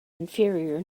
inferior